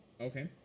Okay